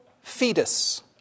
fetus